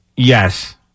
Yes